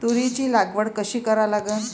तुरीची लागवड कशी करा लागन?